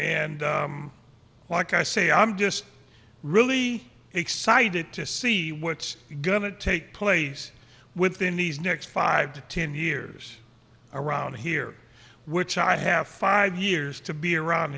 and like i say i'm just really excited to see what's going to take place within these next five to ten years around here which i have five years to be around